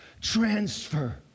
transfer